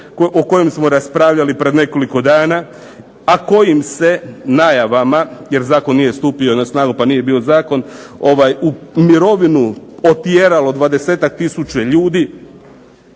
o kojem smo raspravljali pred nekoliko dana, a kojim se najavama, jer zakon nije stupio na snagu pa nije bio zakon u mirovinu otjeralo 20-ak tisuća